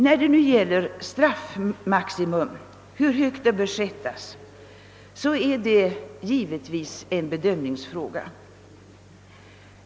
Hur högt man bör sätta straffmaximum är givetvis en bedömningsfråga.